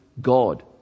God